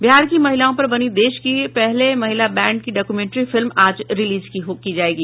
बिहार की महिलाओं पर बनी देश की पहले महिला बैंड की डॉक्यूमेंट्री फिल्म आज रिलीज की जायेगी